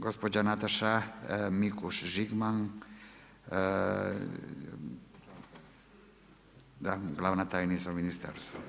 Gospođa Nataša Mikuš-Žigman glavna tajnica u ministarstvu.